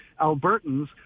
Albertans